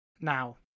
Now